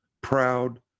proud